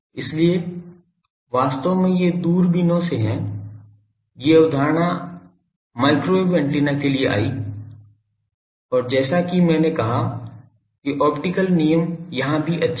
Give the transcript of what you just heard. इसलिए वास्तव में ये दूरबीनों से हैं ये अवधारणा माइक्रोवेव एंटीना के लिए आईं और जैसा कि मैंने कहा कि ऑप्टिकल नियम यहां भी अच्छे हैं